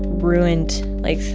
ruined, like,